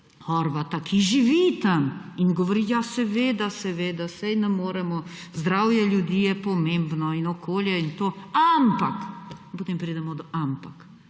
Horvata, ki živi tam in govori, ja, seveda, seveda, saj ne moremo, zdravje ljudi je pomembno in okolje in to, ampak … In potem pridemo do ampak: